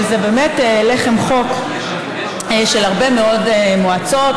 שזה לחם חוק של הרבה מאוד מועצות,